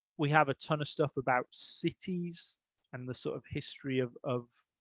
we have a ton of stuff about cities and the sort of history of of